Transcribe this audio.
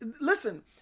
listen